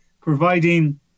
providing